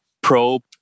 probe